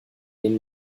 den